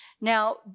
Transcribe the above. Now